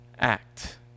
act